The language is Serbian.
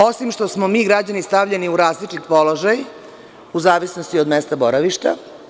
Osim što smo mi građani stavljeni u različit položaj, u zavisnosti od mesta boravišta.